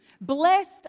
Blessed